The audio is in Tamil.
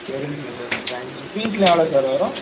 சரிங்க சார் தேங்க்ஸ் பீஸ் எல்லாம் எவ்வளவு சார் வரும்